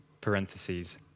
parentheses